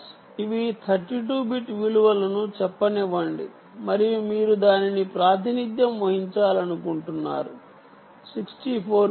ఇవి 32 బిట్ విలువలను చెప్పనివ్వండి మరియు మీరు దానిని ప్రాతినిధ్యం వహించాలనుకుంటున్నది 64 బిట్